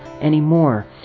anymore